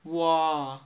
!wah!